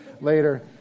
later